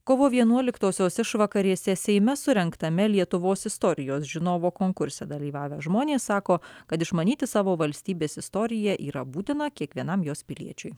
kovo vienuoliktosios išvakarėse seime surengtame lietuvos istorijos žinovo konkurse dalyvavę žmonės sako kad išmanyti savo valstybės istoriją yra būtina kiekvienam jos piliečiui